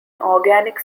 organic